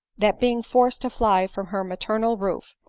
that being forced to fly from her maternal roof,